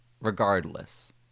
regardless